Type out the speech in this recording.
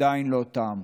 עדיין לא תם.